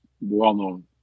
well-known